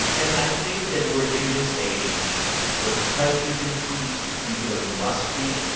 and i think that we're in this age where because you can tweet, you feel you must tweet,